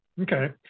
Okay